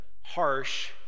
harsh